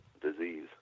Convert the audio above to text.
disease